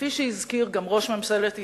כפי שהזכיר גם ראש ממשלת ישראל,